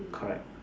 correct